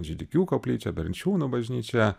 židikių koplyčią bernčiūnų bažnyčią